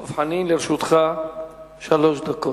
חבר הכנסת דב חנין, לרשותך שלוש דקות.